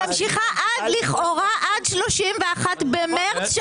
היא ממשיכה לכאורה עד ה-31 במרץ,